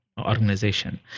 organization